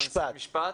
משפט.